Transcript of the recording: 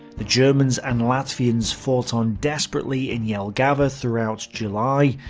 the germans and latvians fought on desperately in jelgava throughout july,